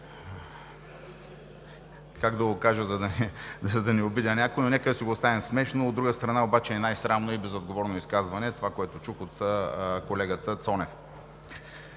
как да го кажа, за да не обидя някого, но нека да си го оставим смешно. От друга страна, обаче е най-срамното и безотговорно изказване – това, което чух от колегата Цонев.